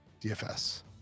DFS